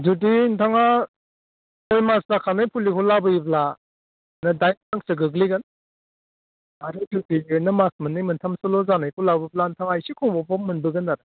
जुदि नोंथाङा सय मास जाखानाय फुलिखौ लाबोयोब्ला माने दाइन रांसो गोग्लैगोन आरो जुदि ओरैनो मास मोननै मोनथामसोल' जानायखौ लाबोब्ला नोंथाङा एसे खमआवबो मोनबोगोन आरो